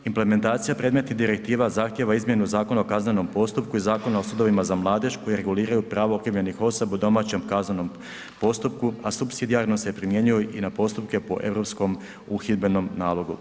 Implementacija predmetnih direktiva zahtijeva izmjenu Zakona o kaznenom postupku i Zakona o sudovima za mladež koji reguliraju pravo okrivljenih osoba u domaćem kaznenom postupku, a supsidijarno se primjenjuju i na postupku po europskom uhidbenom nalogu.